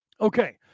Okay